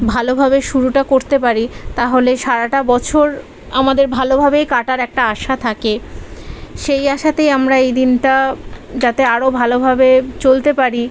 ভালোভাবে শুরুটা করতে পারি তাহলে সারাটা বছর আমাদের ভালোভাবেই কাটার একটা আশা থাকে সেই আশাতেই আমরা এই দিনটা যাতে আরও ভালোভাবে চলতে পারি